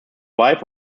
wife